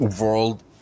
world